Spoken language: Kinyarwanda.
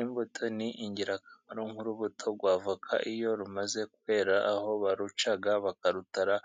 Imbuto ni ingirakamaro, nk'urubuto rwa avoka iyo rumaze kwera, aho baruca bakarutara